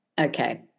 Okay